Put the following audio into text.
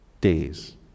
days